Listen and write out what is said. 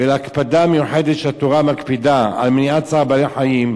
ולהקפדה המיוחדת שהתורה מקפידה על מניעת צער בעלי-חיים,